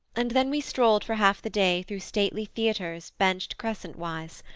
and then we strolled for half the day through stately theatres benched crescent-wise.